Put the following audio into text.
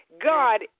God